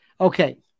Okay